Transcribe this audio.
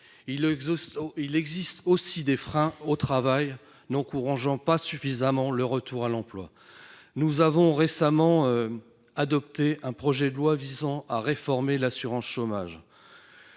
il existe aussi des freins au travail, qui n'encouragent pas suffisamment le retour à l'emploi. Nous avons récemment adopté un projet de loi visant à réformer l'assurance chômage.